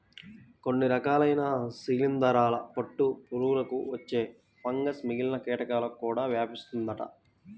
కొన్ని రకాలైన శిలీందరాల పట్టు పురుగులకు వచ్చే ఫంగస్ మిగిలిన కీటకాలకు కూడా వ్యాపిస్తుందంట